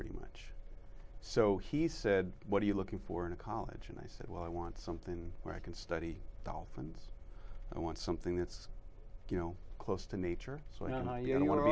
pretty much so he said what are you looking for in a college and i said well i want something where i can study dolphins i want something that's you know close to nature